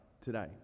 today